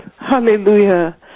Hallelujah